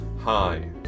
Hi